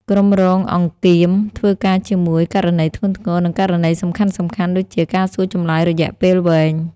ក្រុមរងអង្គៀម ធ្វើការជាមួយ ករណីធ្ងន់ធ្ងរ និងករណីសំខាន់ៗ ដូចជាការសួរចម្លើយរយៈពេលវែង។